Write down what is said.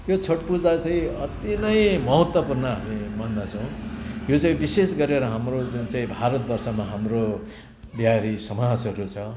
यो छठ पूजा चाहिँ अत्ति नै महत्त्वपुर्ण हामी मान्दछौँ यो चाहिँ विशेष गरेर हाम्रो जुन चाहिँ भारतवर्षमा हाम्रो बिहारी समाजहरू छ